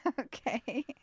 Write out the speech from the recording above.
Okay